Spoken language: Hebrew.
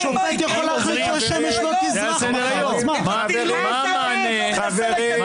יש עכשיו דיון על הנגב במליאה.